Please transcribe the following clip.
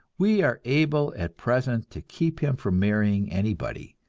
we are able at present to keep him from marrying anybody,